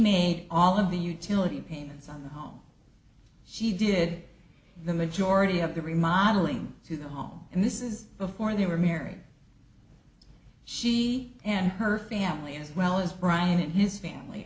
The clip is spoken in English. made all of the utility payments on the home she did the majority of the remodeling to the home and this is before they were married she and her family as well as brian and his family